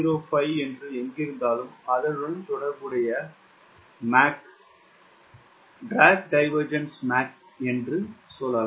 05 என்று எங்கிருந்தாலும் அதனுடன் தொடர்புடைய மாக் ட்ராக் டைவேர்ஜ்ன்ஸ் மாக் எண் எனலாம்